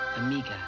Amiga